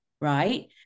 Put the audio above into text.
right